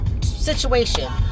situation